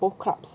both clubs